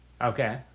Okay